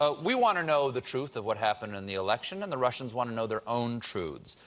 ah we want to know the truth of what happened in the election, and the russians want to know their own truths.